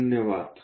धन्यवाद